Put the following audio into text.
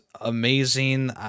amazing